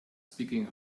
speaking